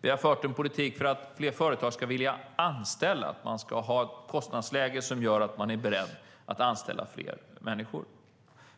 Vi har fört en politik för att fler ska anställa, och vi ska alltså ha ett kostnadsläge som gör att man är beredd att anställa fler människor.